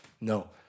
No